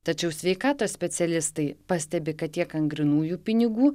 tačiau sveikatos specialistai pastebi kad tiek ant grynųjų pinigų